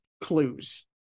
clues